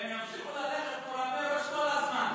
והם ימשיכו ללכת מורמי ראש כל הזמן,